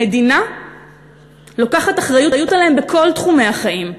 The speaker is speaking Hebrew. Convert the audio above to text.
המדינה לוקחת אחריות להם בכל תחומי החיים,